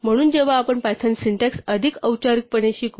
म्हणून जेव्हा आपण पायथन सिंटेक्स अधिक औपचारिकपणे शिकू